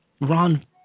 Ron